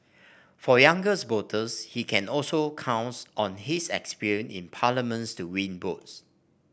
for younger voters he can also count on his experience in Parliament to win votes